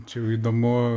čia jau įdomu